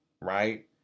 right